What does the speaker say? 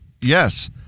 Yes